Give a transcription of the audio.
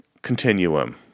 continuum